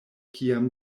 kiam